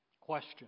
Question